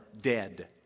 dead